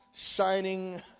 Shining